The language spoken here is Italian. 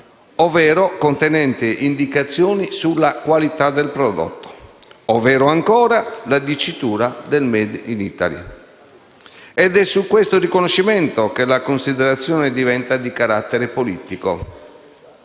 ovvero indicazioni sulla qualità del prodotto, ovvero ancora la dicitura *made in Italy*. È su questo riconoscimento che la considerazione diventa di carattere politico.